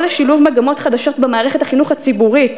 לשילוב מגמות חדשות במערכת החינוך הציבורית: